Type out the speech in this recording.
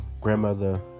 grandmother